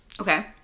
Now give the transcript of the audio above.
Okay